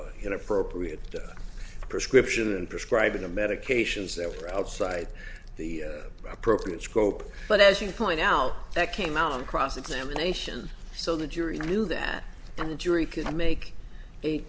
inappropriate prescription and prescribing of medications that were outside the appropriate scope but as you point out that came out on cross examination so the jury knew that and the jury could make a